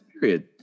period